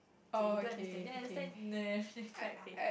okay you don't understand do you understand no quite vague